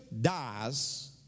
dies